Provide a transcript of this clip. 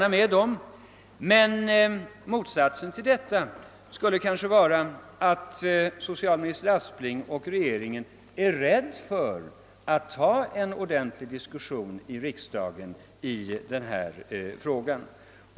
Men motsatsen härtill skulle kanske vara, att socialminister Aspling och regeringen är rädda för att ta en ordentlig diskussion i riksdagen i denna fråga.